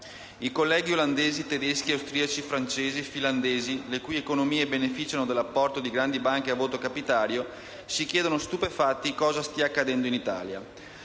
I colleghi olandesi, tedeschi, austriaci, francesi e finlandesi, le cui economie beneficiano dell'apporto di grandi banche a voto capitario, si chiedono stupefatti cosa stia accadendo in Italia.